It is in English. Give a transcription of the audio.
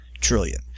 trillion